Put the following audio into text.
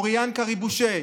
היא אוריאן קריבושי,